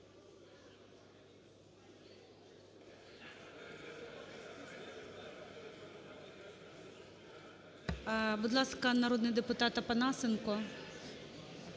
Будь ласка, народний депутат Опанасенко,